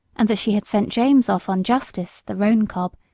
and that she had sent james off on justice, the roan cob,